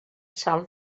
salt